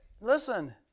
Listen